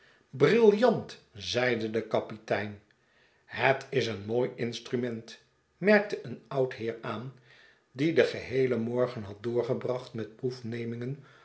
zeide de kapitein het is een mooi instrument merkte een oud heer aan die den geheelen morgen had doorgebracht met